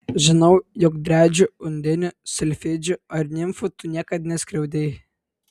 žinau jog driadžių undinių silfidžių ar nimfų tu niekad neskriaudei